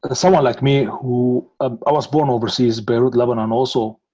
ah someone like me who ah was born overseas beirut, lebanon also